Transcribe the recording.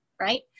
Right